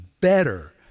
better